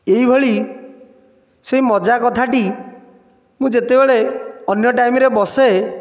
ଏହିଭଳି ସେ ମଜା କଥାଟି ମୁଁ ଯେତେବେଳେ ଅନ୍ୟ ଟାଇମ୍ରେ ବସେ